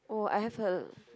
oh I have a